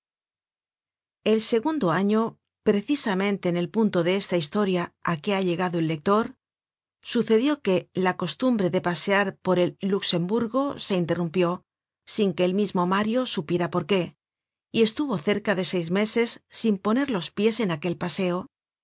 el segundo año precisamente en el punto de esta historia á que ha llegado el lector sucedió que la costumbre de pasear por el luxemburgo se interrumpió sin que el mismo mario supiera por qué y estuvo cerca de seis meses sin poner los pies en aquel paseo